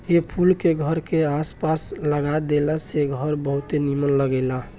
ए फूल के घर के आस पास लगा देला से घर बहुते निमन लागेला